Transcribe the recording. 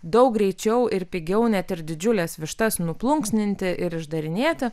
daug greičiau ir pigiau net ir didžiules vištas nuplunksninti ir išdarinėti